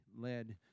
led